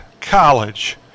college